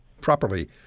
properly